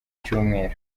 cyumweru